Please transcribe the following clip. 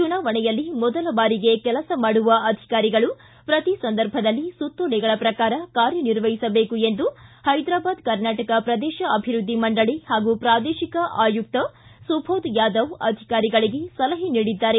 ಚುನಾವಣೆಯಲ್ಲಿ ಮೊದಲ ಬಾರಿಗೆ ಕೆಲಸ ಮಾಡುವ ಅಧಿಕಾರಿಗಳು ಪ್ರತಿ ಸಂದರ್ಭದಲ್ಲಿ ಸುತ್ತೋಲೆಗಳ ಪ್ರಕಾರ ಕಾರ್ಯ ನಿರ್ವಹಿಸಬೇಕು ಎಂದು ಹೈದ್ರಾಬಾದ್ ಕರ್ನಾಟಕ ಪ್ರದೇಶ ಅಭಿವೃದ್ದಿ ಮಂಡಳಿ ಹಾಗೂ ಪ್ರಾದೇಶಿಕ ಆಯುಕ್ತ ಸುಭೋದ್ ಯಾದವ್ ಅಧಿಕಾರಿಗಳಿಗೆ ಸಲಹೆ ನೀಡಿದ್ದಾರೆ